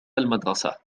المدرسة